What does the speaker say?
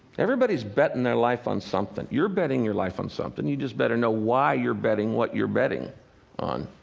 everybody's betting their life on something. you're betting your life on something, you just better know why you're betting what you're betting on.